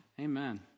Amen